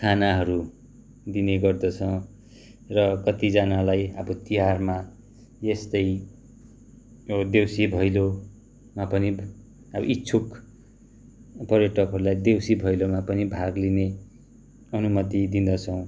खानाहरू दिने गर्दछ र कतिजनालाई अब तिहारमा यस्तै अब देउसी भैलोमा पनि अब इच्छुक पर्यटकहरूलाई देउसी भैलोमा पनि भाग लिने अनुमति दिँदछौँ